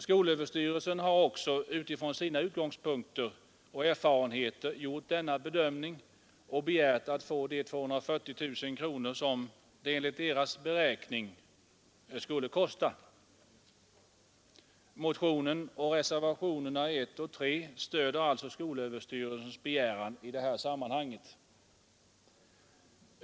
Skolöverstyrelsen har också utifrån sina utgångspunkter och erfarenheter gjort denna bedömning och begärt att få de 240 000 kronor det enligt dess beräkning skulle kosta. Motionen och reservationerna 1 och 3 a) stöder alltså skolöverstyrelsens begäran i det här sammanhanget.